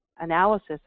analysis